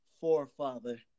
forefather